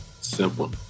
Simple